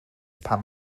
pan